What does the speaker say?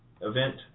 event